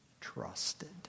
trusted